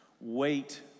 Wait